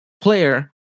player